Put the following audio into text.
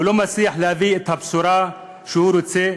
הוא לא מצליח להביא את הבשורה שהוא רוצה.